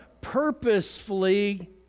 purposefully